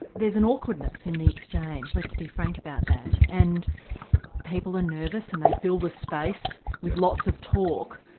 there's an awkwardness in the exchange, let's be frank about that, and people are nervous and they fill the space with lots of talk.